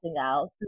out